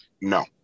No